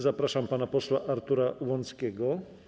Zapraszam pana posła Artura Łąckiego.